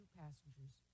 passengers